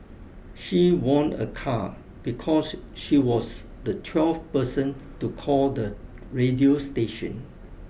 she won a car because she was the twelfth person to call the radio station